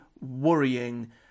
worrying